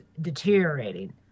deteriorating